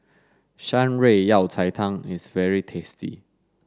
Shan Rui Yao Cai Tang is very tasty